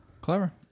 Clever